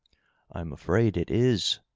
i'm afraid it is,